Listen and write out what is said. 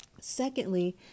Secondly